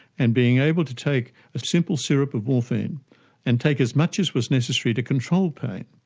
and being able to take a simple syrup of morphine and take as much as was necessary to control pain,